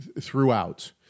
throughout